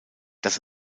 das